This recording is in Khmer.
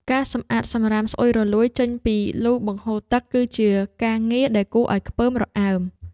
ការសម្អាតសម្រាមស្អុយរលួយចេញពីលូបង្ហូរទឹក គឺជាការងារដែលគួរឱ្យខ្ពើមរអើម។